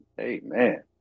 Amen